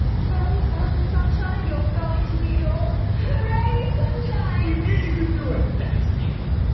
well done, sunshine, you're going to new york! hurray sunshine! we knew you could do it! let me see this!